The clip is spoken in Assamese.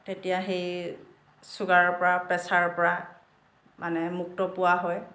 তেতিয়া সেই ছুগাৰৰ পৰা প্ৰেছাৰৰ পৰা মানে মুক্ত পোৱা হয়